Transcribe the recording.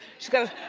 she's got a